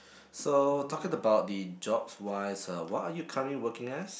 so talking about the jobs wise uh what are you currently working as